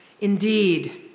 Indeed